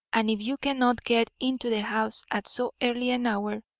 and if you cannot get into the house at so early an hour,